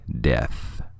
Death